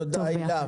תודה.